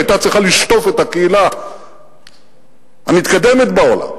שהיתה צריכה לשטוף את הקהילה המתקדמת בעולם